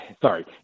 sorry